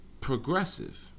progressive